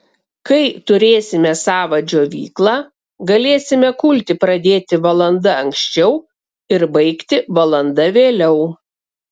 kai turėsime savą džiovyklą galėsime kulti pradėti valanda anksčiau ir baigti valanda vėliau